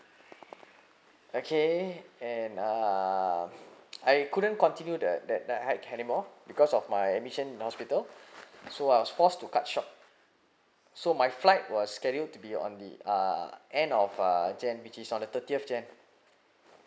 okay and uh I couldn't continue the that that hike anymore because of my admission in hospital so I was forced to cut short so my flight was scheduled to be on the uh end of uh jan which is on the thirtieth jan